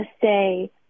say